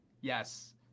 Yes